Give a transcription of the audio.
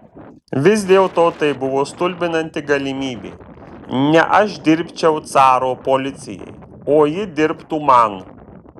vis dėlto tai buvo stulbinanti galimybė ne aš dirbčiau caro policijai o ji dirbtų man